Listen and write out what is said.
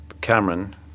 Cameron